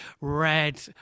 red